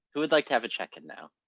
who would like to have a check-in now?